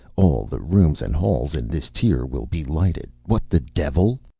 all the rooms and halls in this tier will be lighted what the devil!